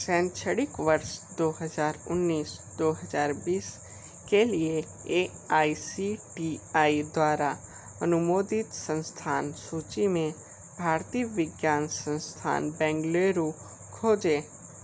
शैक्षणिक वर्ष दो हजार उन्नीस दो हजार बीस के लिए A I C T E द्वारा अनुमोदित संस्थान सूची में भारतीय विज्ञान संस्थान बेंगलुरु खोजें